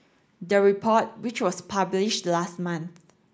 the report which was published last month